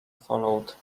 followed